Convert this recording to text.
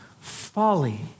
folly